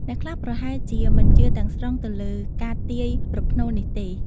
អ្នកខ្លះប្រហែលជាមិនជឿទាំងស្រុងទៅលើការទាយប្រផ្នូលនេះទេ។